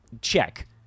check